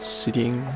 sitting